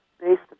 based